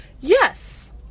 Yes